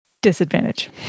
Disadvantage